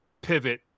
pivot